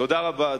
תודה רבה.